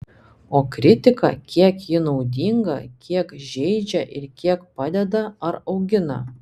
o kritika kiek ji naudinga kiek žeidžia ir kiek padeda ar augina